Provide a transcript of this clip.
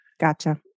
Gotcha